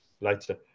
later